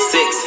Six